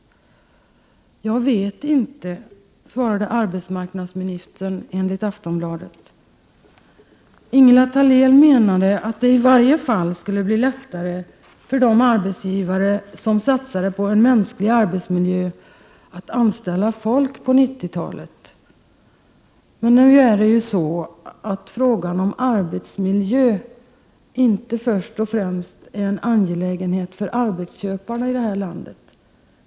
”Jag vet inte”, svarade arbetsmarknadsministern enligt Aftonbladet. Ingela Thalén menade att det i varje fall skulle bli lättare för de arbetsgivare som satsade på en mänsklig arbetsmiljö att anställa folk på 1990-talet. Nu är frågan om arbetsmiljön inte först och främst en angelägenhet för arbetsköparna här i landet.